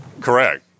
Correct